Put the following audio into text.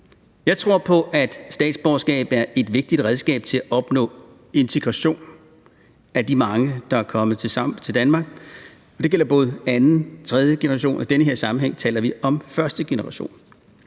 Jeg tror på, at statsborgerskabet er et vigtigt redskab til at opnå integration af de mange, der er kommet til Danmark, og det gælder både anden og tredje generation, og i den her sammenhæng taler vi om første generation.